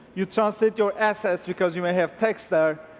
you translate your assets because you may have text there,